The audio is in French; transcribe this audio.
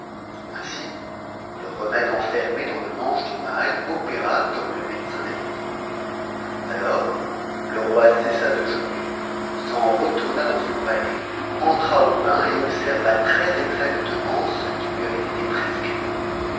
ainsi le remède enfermé dans le manche du mail opéra comme le médecin l'avait dit alors le roi cessa de jouer s'en retourna dans son palais entra au bain et observa trèsexactement ce qui lui avait été prescrit